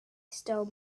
stole